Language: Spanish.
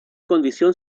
condición